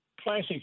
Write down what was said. Classic